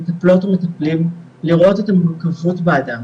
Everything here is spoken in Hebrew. מטפלות ומטפלים לראות את המורכבות באדם